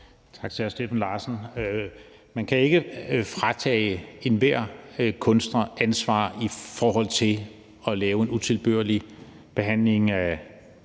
Tak til hr. Steffen Larsen. Man kan ikke fratage enhver kunstner ansvaret i forhold til at lave en utilbørlig behandling af